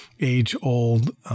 age-old